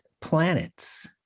planets